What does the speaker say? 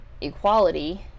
equality